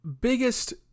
biggest